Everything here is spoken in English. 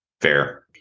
Fair